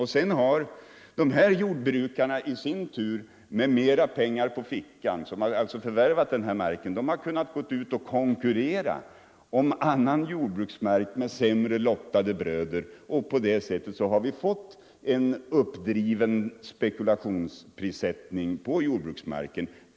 Sedan har de här jordbrukarna som sålt marken och fått mer pengar på fickan kunnat ä ut och konkurrera med sämre lottade bröder om annan jordbruksmark. På det sättet har vi fått en uppdriven spekulationsprissättning på jordbruksmarken.